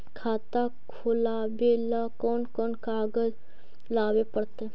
खाता खोलाबे ल कोन कोन कागज लाबे पड़तै?